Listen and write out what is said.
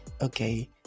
Okay